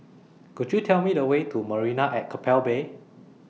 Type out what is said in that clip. Could YOU Tell Me The Way to Marina At Keppel Bay